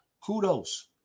Kudos